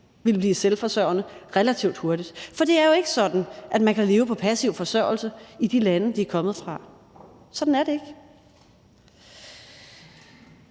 ville blive selvforsørgende relativt hurtigt, for det er jo ikke sådan, at man kan leve på passiv forsørgelse i de lande, de kommer fra. Sådan er det ikke.